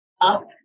up